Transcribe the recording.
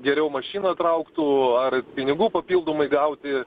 geriau mašina trauktų ar pinigų papildomai gauti